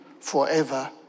forever